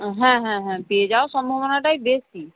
হ্যাঁ হ্যাঁ হ্যাঁ পেয়ে যাওয়ার সম্ভাবনাটাই বেশি